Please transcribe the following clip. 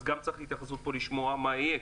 אז גם צריך התייחסות פה לשמוע מה יהיה,